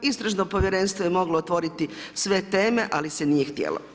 Istražno povjerenstvo je moglo otvoriti sve teme, ali se nije htjelo.